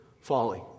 folly